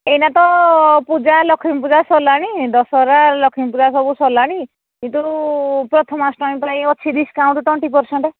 ଏଇନା ତ ପୂଜା ଲକ୍ଷ୍ମୀ ପୂଜା ସରିଲାଣି ଦଶହରା ଲକ୍ଷ୍ମୀ ପୂଜା ସବୁ ସରିଲାଣି କିନ୍ତୁ ପ୍ରଥମାଷ୍ଟମୀ ପାଇଁ ଅଛି ଡିସକାଉଣ୍ଟ ଟ୍ୱେଣ୍ଟି ପରସେଣ୍ଟ